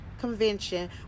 Convention